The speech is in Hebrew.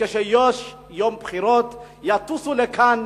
וכשיש יום בחירות יטוסו לכאן,